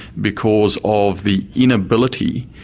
because of the inability